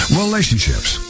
relationships